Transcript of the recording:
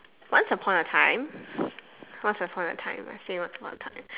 once upon a time once upon a time I say once upon a time